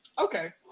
Okay